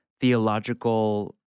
theological